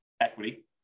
equity